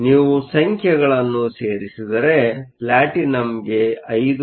ನೀವು ಸಂಖ್ಯೆಗಳನ್ನು ಸೇರಿಸಿದರೆ ಪ್ಲಾಟಿನಂಗೆ 5